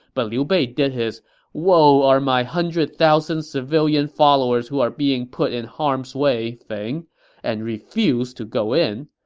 but liu bei did his woe are my hundred thousand civilian followers who are being put in harm's way thing and refused to go in.